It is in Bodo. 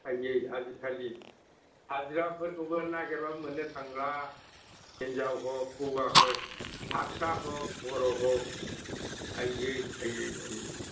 आइयै आजि खालि हाजिराफोरखौबो नागिरबाबो मोननो थांला हिन्जाव हक हौवा हक हारसा हक बर' हक आइयै आइयै आइयै